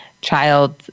child